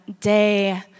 day